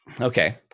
okay